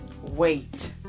wait